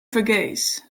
fergees